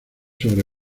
sobre